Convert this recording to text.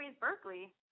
Berkeley